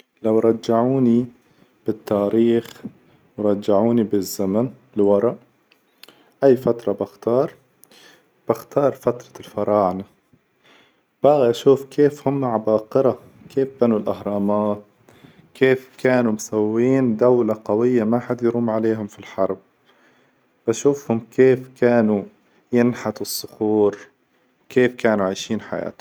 لو رجعوني بالتاريخ، ورجعوني بالزمن لوراء، أي فترة باختار؟ باختار فترة الفراعنة، ابغى أشوف كيف هم عباقرة؟ كيف بنوا الأهرامات؟ كيف كانوا مسويين دولة قوية ما حد يروم عليهم في الحرب؟ بشوفهم كيف كانوا ينحتوا الصخور؟ كيف كانوا عايشين حياتهم؟.